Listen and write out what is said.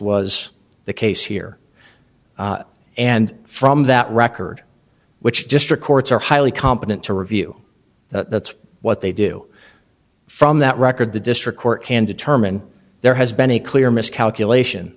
was the case here and from that record which district courts are highly competent to review that's what they do from that record the district court can determine there has been a clear miscalculation